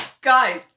Guys